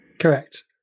Correct